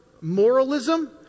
moralism